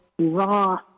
raw